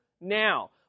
now